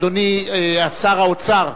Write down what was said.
אדוני שר האוצר,